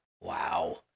Wow